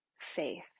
faith